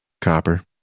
Copper